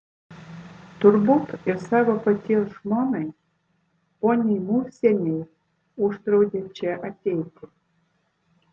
turbūt ir savo paties žmonai poniai murzienei uždraudė čia ateiti